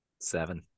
Seven